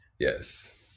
Yes